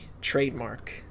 trademark